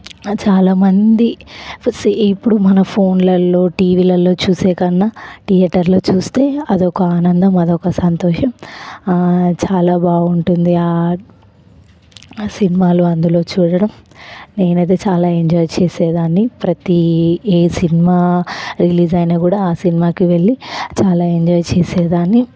చాలామంది ఇప్పుడు మన ఫోన్లల్లో టీవీలల్లో చూసేకన్నా థియేటర్లో చూస్తే అదొక ఆనందం అదొక సంతోషం చాలా బాగుంటుంది ఆ సినిమాలు అందులో చూడడం నేనైతే చాలా ఎంజాయ్ చేసేదాన్ని ప్రతి ఏ సినిమా రిలీజ్ అయినా కూడా ఆ సినిమాకి వెళ్ళి చాలా ఎంజాయ్ చేసేదాన్ని